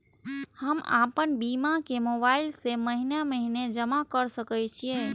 हम आपन बीमा के मोबाईल से महीने महीने जमा कर सके छिये?